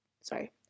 sorry